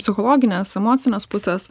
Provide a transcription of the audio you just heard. psichologinės emocinės pusės